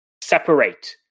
separate